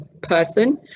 person